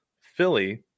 Philly